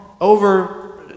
over